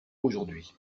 aujourd’hui